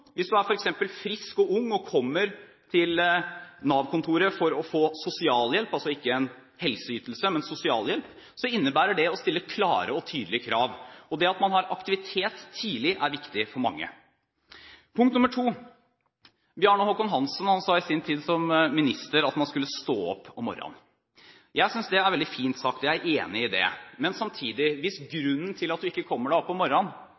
hvis du f.eks. er frisk og ung og kommer til Nav-kontoret for å få sosialhjelp, som altså ikke er en helseytelse, innebærer det å stille klare og tydelige krav. Det at man har aktivitet tidlig er viktig for mange. Punkt nr. 2: Bjarne Håkon Hanssen sa i sin tid som minister at man skulle «stå opp om morran». Jeg synes det er veldig fint sagt. Jeg er enig i det. Samtidig: Hvis grunnen til at du ikke kommer deg opp om morgenen